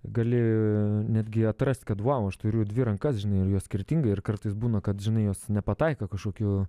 gali netgi atrasti kad vau aš turiu dvi rankas žinai ir jos skirtingai ir kartais būna kad žinai jos nepataiko kažkokiu